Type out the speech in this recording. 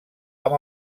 amb